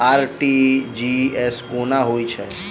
RTGS कोना होइत छै?